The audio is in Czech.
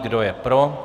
Kdo je pro?